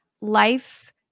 life